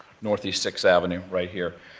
northeast sixth avenue right here.